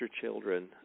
children